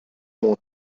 مهم